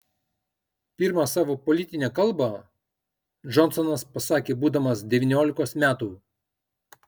pirmą savo politinę kalbą džonsonas pasakė būdamas devyniolikos metų